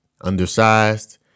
undersized